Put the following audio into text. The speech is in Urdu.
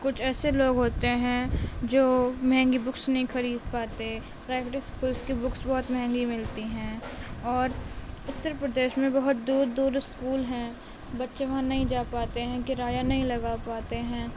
کچھ ایسے لوگ ہوتے ہیں جو مہنگی بکس نہیں خرید پاتے پرائیوٹ اسکولس کے بکس بہت مہنگی ملتی ہیں اور اتر پردیش میں بہت دور دور اسکول ہیں بچے وہاں نہیں جا پاتے ہیں کرایہ نہیں لگا پاتے ہیں